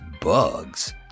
bugs